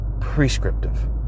prescriptive